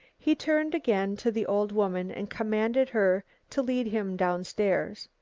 he turned again to the old woman and commanded her to lead him down stairs.